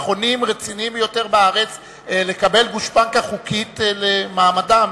מכונים רציניים ביותר בארץ לקבל גושפנקה חוקית למעמדם.